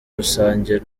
rusange